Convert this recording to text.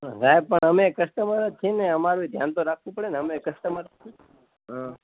સાહેબ પણ અમે કસ્ટમર જ છીએ ને અમારુંય ધ્યાન તો રાખવું પડે ને અમે કસ્ટમર જ છીએ ને